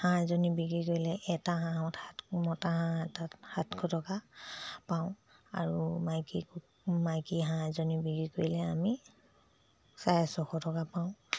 হাঁহ এজনী বিক্ৰী কৰিলে এটা হাঁহত সাত মতা হাঁহ এটাত সাতশ টকা পাওঁ আৰু মাইকী মাইকী হাঁহ এজনী বিক্ৰী কৰিলে আমি চাৰে ছশ টকা পাওঁ